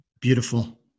Beautiful